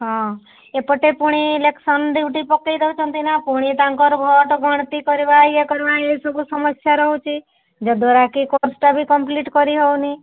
ହଁ ଏପଟେ ପୁଣି ଇଲେକ୍ସନ୍ ଡିୟୁଟି ପକେଇ ଦେଉଛନ୍ତି ନା ପୁଣି ତାଙ୍କର ଭୋଟ୍ ଗଣତି କରିବା ଇଏ କରିବା ଏସବୁ ସମସ୍ୟା ରହୁଛି ଯାହାଦ୍ଵାରାକି କୋର୍ସଟା ବି କମ୍ପ୍ଲିଟ୍ କରିହେଉନି